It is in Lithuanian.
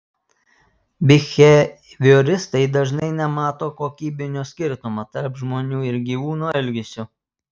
bihevioristai dažnai nemato kokybinio skirtumo tarp žmonių ir gyvūnų elgesio